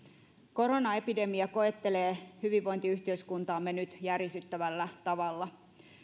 koronaepidemia koettelee hyvinvointiyhteiskuntaamme nyt järisyttävällä tavalla